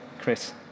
Chris